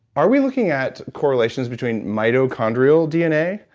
are we looking at correlations between mitochondrial dna?